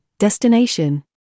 destination